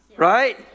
Right